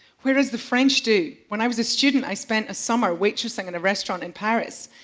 whereas the french do. when i was a student, i spent a summer waitressing in a restaurant in paris.